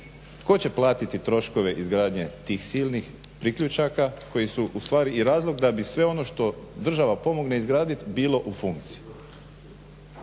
Tko će platiti troškove izgradnje tih silnih priključaka koji su ustvari i razlog da bi sve ono što država pomogne izgraditi bilo u funkciji?